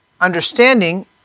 understanding